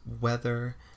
weather